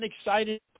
excited